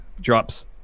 drops